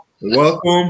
Welcome